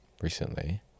recently